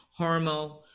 Hormel